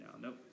Nope